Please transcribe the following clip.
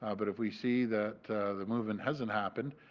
ah but if we see that the movement hasn't happened,